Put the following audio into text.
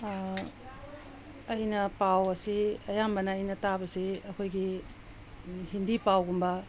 ꯑꯩꯅ ꯄꯥꯎ ꯑꯁꯤ ꯑꯌꯥꯝꯕꯅ ꯑꯩꯅ ꯇꯥꯕꯁꯤ ꯑꯩꯈꯣꯏꯒꯤ ꯍꯤꯟꯗꯤ ꯄꯥꯎꯒꯨꯝꯕ